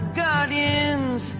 guardians